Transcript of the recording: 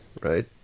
right